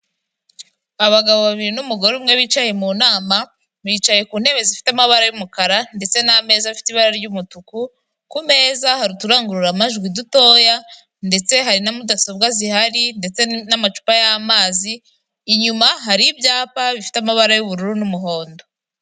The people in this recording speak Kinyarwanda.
Abagabo babiri n'umugore umwe bicaye mu nama, bicaye ku ntebe zifite amabara y'umukara ndetse n'ameza afite ibara ry'umutuku ku meza hari uturangururamajwi dutoya ndetse hari na mudasobwa zihari ndetse n'amacupa y'amazi, inyuma hari ibyapa bifite amabara y'ubururu n'umuhondo.